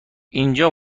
اینجا